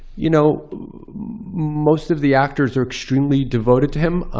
you know most of the actors are extremely devoted to him.